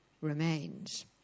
remains